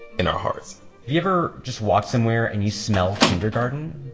in our hearts have you ever just walked somewhere and you smell kindergarten?